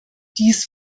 dies